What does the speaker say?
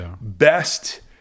best